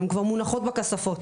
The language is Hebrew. הן כבר מונחות בכספות.